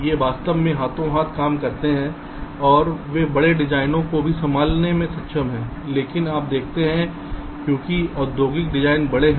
वे वास्तव मेंहाथो हाथ काम करते हैं और वे बड़े डिजाइनों को भी संभालने में सक्षम हैं क्योंकि आप देखते हैं क्योंकि औद्योगिक डिजाइन बड़े हैं